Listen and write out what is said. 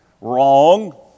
Wrong